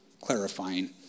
clarifying